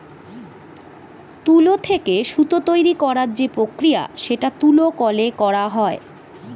তুলো থেকে সুতো তৈরী করার যে প্রক্রিয়া সেটা তুলো কলে করা হয়